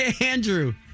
Andrew